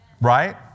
right